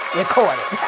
recorded